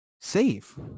safe